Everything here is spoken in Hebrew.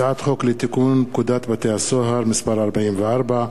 הצעת חוק לתיקון פקודת בתי-הסוהר (מס' 44),